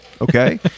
Okay